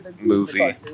movie